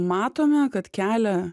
matome kad kelia